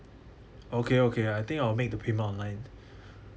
okay okay I think I'll make the payment online